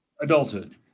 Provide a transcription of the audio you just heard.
adulthood